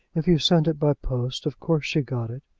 if you sent it by post of course she got it.